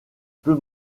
peu